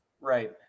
Right